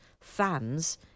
fans